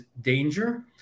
danger